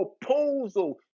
proposal